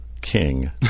King